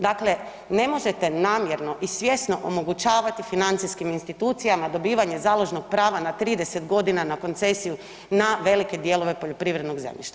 Dakle, ne možete namjerno i svjesno omogućavati financijskim institucijama dobivanje založnog prava na 30 godina na koncesiju na velike dijelove poljoprivrednog zemljišta.